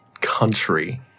country